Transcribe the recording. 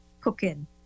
cooking